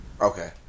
Okay